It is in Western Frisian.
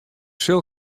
sil